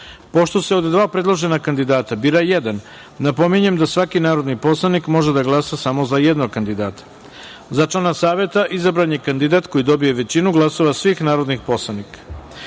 se od dva predložena kandidata bira jedan, napominjem da svaki narodni poslanik može da glasa samo za jednog kandidata.Za člana Saveta izabran je kandidat koji dobije većinu glasova svih narodnih poslanika. Pod